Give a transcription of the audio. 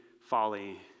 folly